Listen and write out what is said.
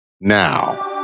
now